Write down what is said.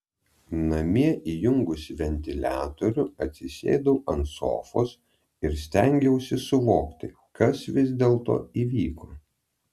namie įjungusi ventiliatorių atsisėdu ant sofos ir stengiuosi suvokti kas vis dėlto įvyko